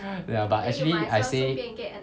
ya but actually I say